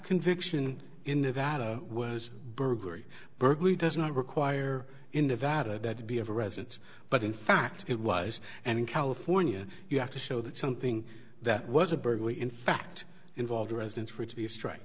conviction in nevada was burglary burglary does not require in divided that to be a residence but in fact it was and in california you have to show that something that was a burglary in fact involved residence for it to be a strike